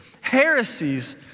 heresies